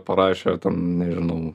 parašė ten nežinau